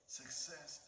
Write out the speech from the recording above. success